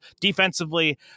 Defensively